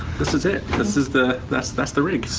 this is it. this is the that's that's the rig. so,